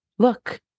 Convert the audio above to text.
look